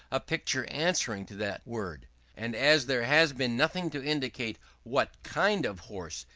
a picture answering to that word and as there has, been nothing to indicate what kind of horse,